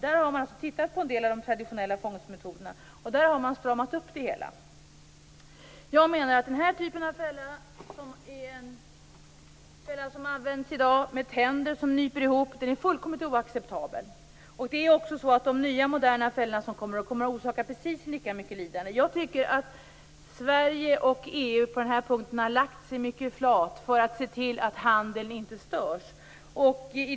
Där har man tittat på en del av de traditionella fångstmetoderna och stramat upp det hela. Den typ av fälla som i dag används och som har tänder som nyper ihop är fullkomligt oacceptabel, och de nya moderna fällor som kommer menar jag kommer att orsaka precis lika mycket lidande. Sverige och EU har på den här punkten platt lagt sig; detta för att se till att handeln inte störs.